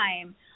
time